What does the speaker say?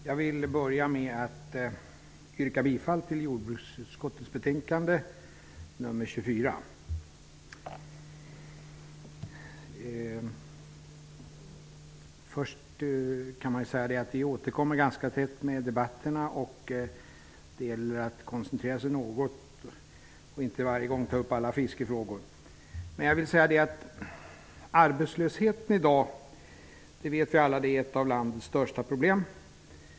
Herr talman! Jag vill börja med att yrka bifall till utskottets hemställan i jordbruksutskottets betänkande nr 24. Vi återkommer ganska tätt med debatterna. Det gäller att koncentrera sig något och inte varje gång ta upp alla fiskefrågor. Vi vet alla att arbetslösheten i dag är ett av landets största problem.